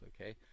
okay